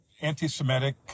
anti-Semitic